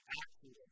acting